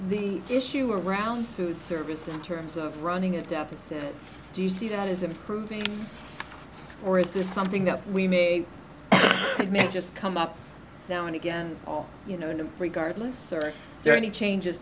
the issue around food service in terms of running a deficit do you see that is improving or is this something that we may just come up now and again you know regardless are there any changes